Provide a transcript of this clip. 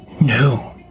No